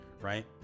Right